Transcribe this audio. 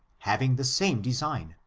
having the same design,